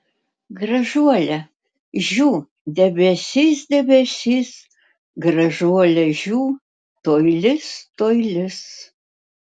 gražuole žiū debesis debesis gražuole žiū tuoj lis tuoj lis